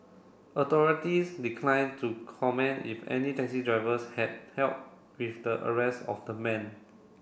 authorities declined to comment if any taxi drivers had help with the arrest of the man